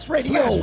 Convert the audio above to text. Radio